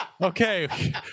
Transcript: Okay